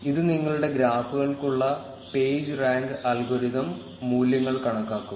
ഇത് നിങ്ങളുടെ ഗ്രാഫുകൾക്കുള്ള പേജ് റാങ്ക് അൽഗോരിതം മൂല്യങ്ങൾ കണക്കാക്കും